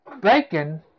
bacon